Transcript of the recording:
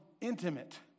intimate